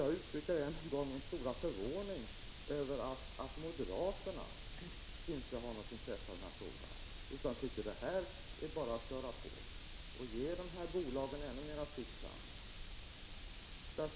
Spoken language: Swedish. Jag uttrycker än en gång min stora förvåning över att moderaterna inte har intresse för denna fråga utan tycker att det bara är att gå på och ge bolagen ännu större frihet.